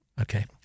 Okay